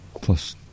plus